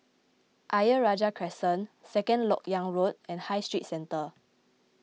Ayer Rajah Crescent Second Lok Yang Road and High Street Centre